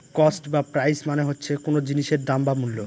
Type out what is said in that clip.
cost বা price মানে হচ্ছে কোন জিনিসের দাম বা মূল্য